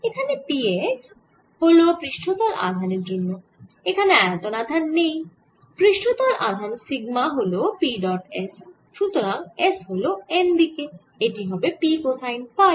এখানে P x হল পৃষ্ঠতল আধানের জন্য এখানে আয়তন আধান নেই পৃষ্ঠতল আধান সিগমা হল P ডট S যেহেতু S হল n দিকে এটি হবে P কোসাইন ফাই